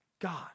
God